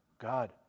God